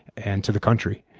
and to the country.